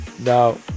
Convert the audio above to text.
Now